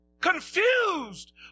confused